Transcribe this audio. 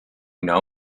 know